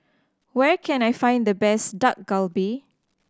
where can I find the best Dak Galbi